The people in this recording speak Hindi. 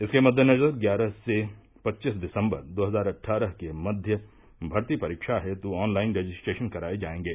इसके मद्देनजर ग्यारह से पच्चीस दिसम्बर दो हजार अट्वारह के मध्य भर्ती परीक्षा हेत् ऑनलाइन रजिस्ट्रेशन कराए जाएंगे